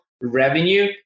revenue